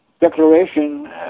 declaration